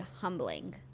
humbling